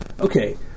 Okay